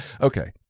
Okay